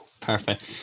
Perfect